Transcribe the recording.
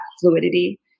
fluidity